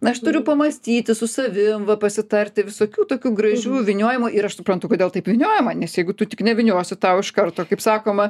na aš turiu pamąstyti su savim va pasitarti visokių tokių gražių vyniojimų ir aš suprantu kodėl taip vyniojama nes jeigu tu tik nevyniosiu tau iš karto kaip sakoma